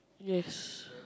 yes